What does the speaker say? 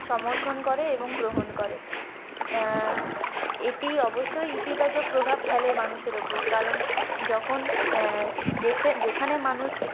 সমর্থন করে এবং গ্রহণ করে এটি অবশ্যই ইতিবাচক প্রভাব ফেলে মানুষের ওপর কারণ যখন যেখানে মানুষ